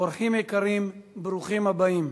אורחים יקרים, ברוכים הבאים.